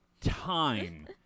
time